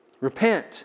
Repent